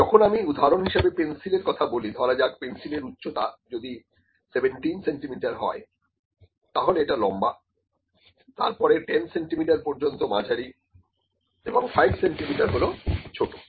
কিন্তু যখন আমি উদাহরণ হিসেবে পেন্সিলের কথা বলি ধরা যাক পেন্সিল এর উচ্চতা যদি 17 সেন্টিমিটার হয় তাহলে এটা লম্বা তারপর 10 সেন্টিমিটার পর্যন্ত মাঝারি এবং 5 সেন্টিমিটার হলো ছোট